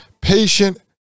Patient